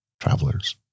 travelers